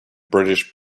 british